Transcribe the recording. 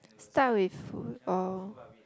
start with fo~ oh